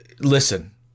listen